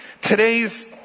today's